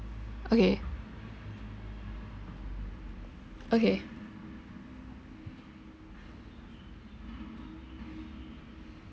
okay okay